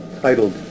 titled